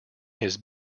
his